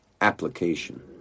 Application